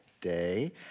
day